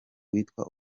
witwa